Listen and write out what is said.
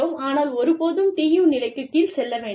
ஆனால் ஒருபோதும் TU நிலைக்குக் கீழ் செல்ல வேண்டாம்